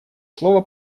слово